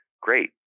great